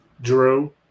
Drew